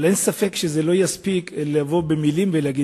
אבל אין ספק שזה לא יספיק לבוא במלים ולהגיד